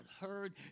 heard